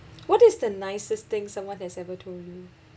what is the nicest thing someone has ever told you